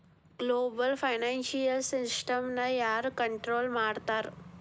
Global financial ಸಿಸ್ಟಮ್ನ ಯಾರ್ control ಮಾಡ್ತಿರ್ತಾರ?